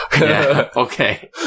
Okay